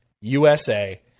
USA